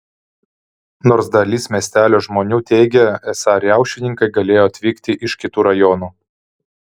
nors dalis miestelio žmonių teigė esą riaušininkai galėjo atvykti iš kitų rajonų